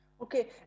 okay